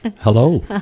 Hello